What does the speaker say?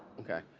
okay.